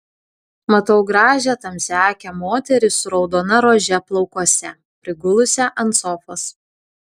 matau gražią tamsiaakę moterį su raudona rože plaukuose prigulusią ant sofos